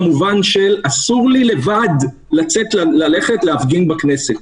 במובן של: אסור לי לבד ללכת ולהפגין בכנסת.